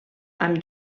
amb